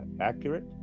accurate